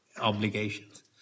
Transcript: obligations